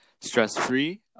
Stress-Free